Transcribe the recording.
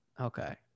Okay